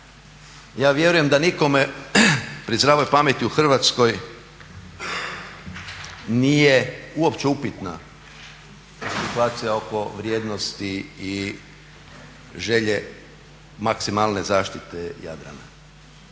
ja vjerujem da nikome pri zdravoj pameti u Hrvatskoj nije uopće upitna situacija oko vrijednosti i želje maksimalne zaštite Jadrana.